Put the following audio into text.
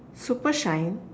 super shine